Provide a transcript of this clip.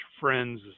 friends